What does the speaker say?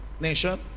nation